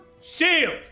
shield